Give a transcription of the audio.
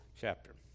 chapter